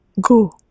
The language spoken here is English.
Go